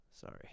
Sorry